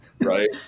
Right